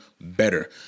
better